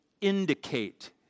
indicate